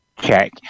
check